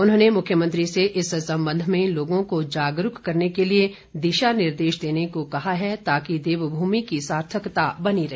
उन्होंने मुख्यमंत्री से इस संबंध में लोगों को जागरूक करने के लिए दिशा निर्देश देने को कहा है ताकि देवभूमि की सार्थकता बनी रहे